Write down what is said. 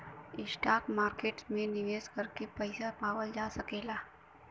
stock market में निवेश करके पइसा पावल जा सकला